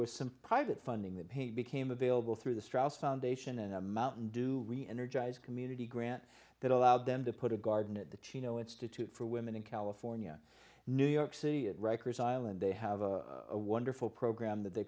was some private funding that paid became available through the strauss foundation and mountain dew reenergize community grant that allowed them to put a garden at the chino institute for women in california new york city at rikers island they have a wonderful program that they